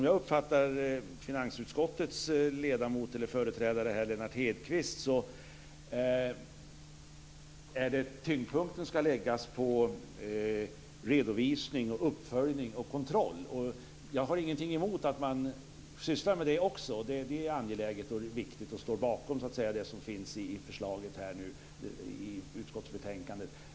Jag uppfattar finansutskottets företrädare Lennart Hedquist som om tyngdpunkten ska läggas på redovisning, uppföljning och kontroll. Jag har ingenting emot att man sysslar med det också. Det är angeläget. Jag står bakom utskottsförslaget i det avseendet.